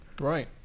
right